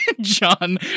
John